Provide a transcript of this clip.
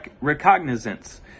recognizance